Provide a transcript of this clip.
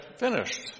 finished